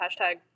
hashtag